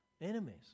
enemies